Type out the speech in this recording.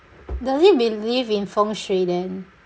does he believe in fengshui then